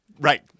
Right